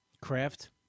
craft